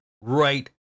Right